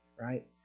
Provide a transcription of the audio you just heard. right